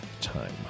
time